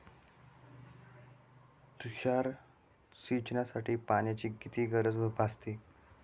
तुषार सिंचनासाठी पाण्याची किती गरज भासते?